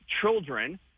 children—